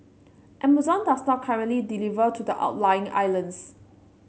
Amazon does not currently deliver to the outlying islands